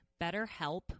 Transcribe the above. BetterHelp